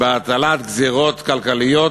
בהטלת גזירות כלכליות